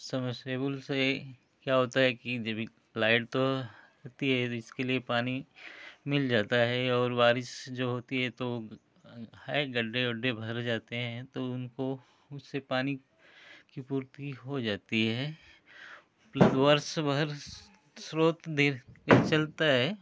submersible से क्या होता है कि जब भी प्लायर तो होती है तो इसके लिए पानी मिल जाता है और बारिश जो होती है तो है गड्ढे वड्ढे भर जाते हैं तो उनको उससे पानी की पूर्ति हो जाती है वर्ष भर स्रोत देख कर चलता है